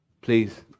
please